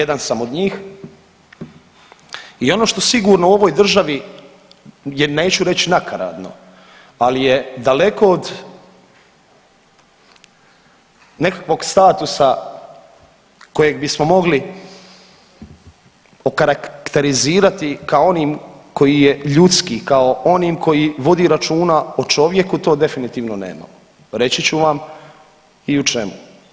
Jedan sam od njih i ono što sigurno u ovoj državi je neću reć nakaradno, ali je daleko od nekakvog statusa kojeg bismo mogli okarakterizirati kao onim koji je ljudski, kao onim koji vodi računa o čovjeku, to definitivno nemamo, reći ću vam i u čemu.